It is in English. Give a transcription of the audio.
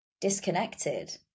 disconnected